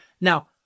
Now